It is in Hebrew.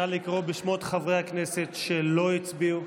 נא לקרוא בשמות חברי הכנסת שלא הצביעו.